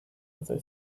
other